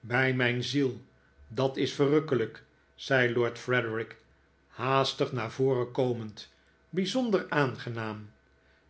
bij mijn ziel dat is verrukkelijk zei lord frederik haastig naar voren komend bijzonder aangenaam